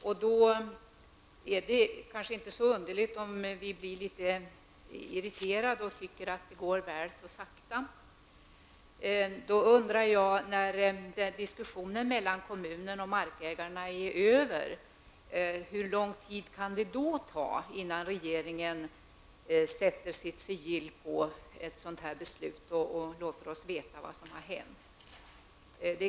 Därför är det kanske inte så underligt att vi blir litet irriterade och tycker att det hela går väl så sakta. Jag undrar då hur lång tid det kan ta innan regeringen sätter sitt sigill på beslutet efter det att diskussionen mellan kommunen och markägarna är över.